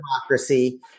Democracy